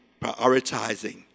prioritizing